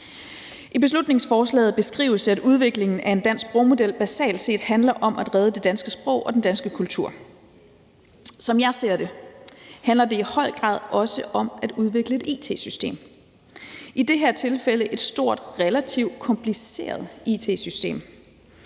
I beslutningsforslaget beskrives det, at udviklingen af en dansk sprogmodel basalt set handler om at redde det danske sprog og den danske kultur. Som jeg ser det, handler det i høj grad også om at udvikle et it-system – i det her tilfælde et stort relativt kompliceret it-system.